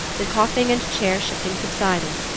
the coughing and chair-shifting subsided,